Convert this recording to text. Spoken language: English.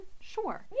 sure